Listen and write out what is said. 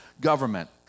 government